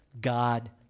God